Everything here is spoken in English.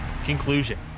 conclusion